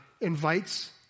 invites